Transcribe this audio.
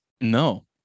no